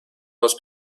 was